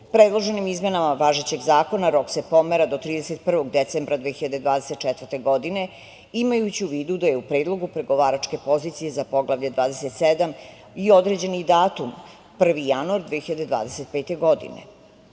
godine. Predloženim izmenama važećeg zakona rok se pomera do 31. decembra 2024. godine imajući u vidu da je u predlogu pregovaračke pozicije za Poglavlje 27 i određen datum 1. januar 2025.